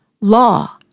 Law